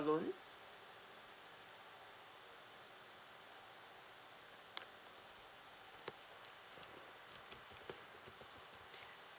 loan